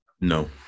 No